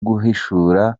guhishura